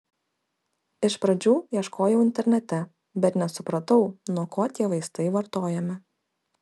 iš pradžių ieškojau internete bet nesupratau nuo ko tie vaistai vartojami